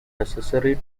necessary